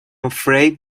afraid